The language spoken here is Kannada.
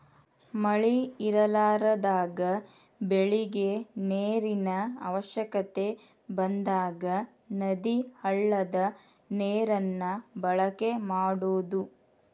ಮಳಿ ಇರಲಾರದಾಗ ಬೆಳಿಗೆ ನೇರಿನ ಅವಶ್ಯಕತೆ ಬಂದಾಗ ನದಿ, ಹಳ್ಳದ ನೇರನ್ನ ಬಳಕೆ ಮಾಡುದು